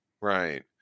right